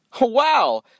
Wow